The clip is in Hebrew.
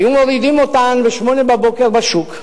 היו מורידים אותן ב-08:00 בשוק.